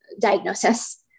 diagnosis